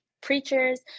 preachers